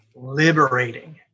liberating